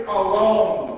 alone